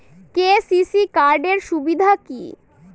KCC card এর সুবিধা কি?